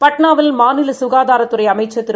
பாட்னாவில்மாநிலசுகாதாரத்துறைஅமைச்சர்திரு